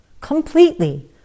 completely